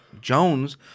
Jones